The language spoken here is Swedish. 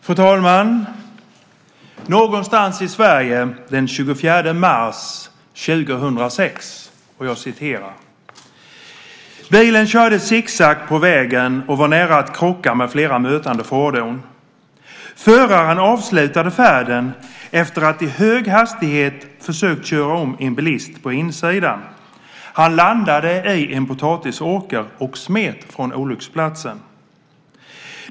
Fru talman! Det är någonstans i Sverige den 24 mars 2006. Jag citerar ur Sydöstran: "Bilen körde sicksack på vägen och var nära att krocka med flera mötande fordon. Föraren avslutade färden efter att i hög hastighet försökt köra om en bilist på insidan. Han landade i en potatisåker - och smet sedan från olycksplatsen.